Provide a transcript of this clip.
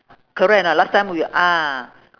correct or not last time we ah